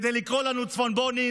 כדי לקרוא לנו צפונבונים,